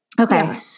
Okay